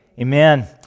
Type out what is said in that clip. amen